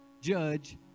judge